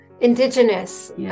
indigenous